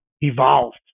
evolved